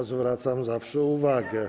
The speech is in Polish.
A zwracam zawsze uwagę.